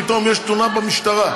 פתאום יש תלונה במשטרה.